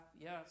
Yes